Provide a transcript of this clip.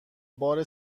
بار